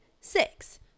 six